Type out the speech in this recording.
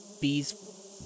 bees